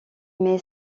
met